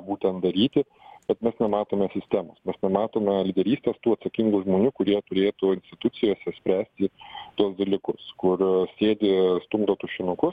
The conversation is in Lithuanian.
būtent daryti kad mes nematome sistemos mes nematome lyderystės tų atsakingų žmonių kurie turėtų institucijose spręsti tuos dalykus kur sėdi stumdo tušinukus